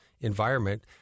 environment